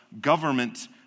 government